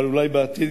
אבל אולי בעתיד,